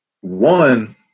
One